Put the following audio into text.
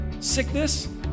sickness